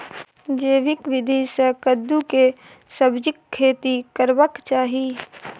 जैविक विधी से कद्दु के सब्जीक खेती करबाक चाही?